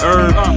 earth